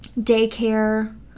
daycare